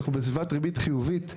אנחנו בסביבת ריבית חיובית,